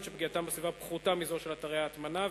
שפגיעתם בסביבה פחותה מזו של אתרי ההטמנה.